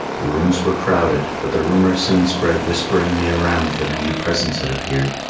the rooms were crowded, but the rumour soon spread whisperingly around that a new presence had appeared,